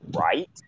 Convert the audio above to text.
right